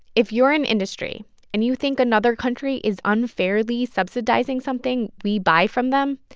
if you're an industry and you think another country is unfairly subsidizing something we buy from them,